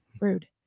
Rude